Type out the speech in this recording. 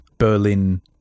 Berlin